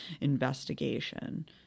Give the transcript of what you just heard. investigation